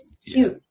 huge